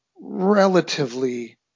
relatively